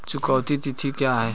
चुकौती तिथि क्या है?